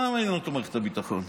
מה מעניינת אותו מערכת הביטחון?